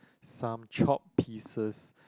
some chopped pieces